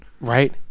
Right